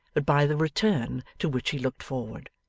but by the return to which he looked forward.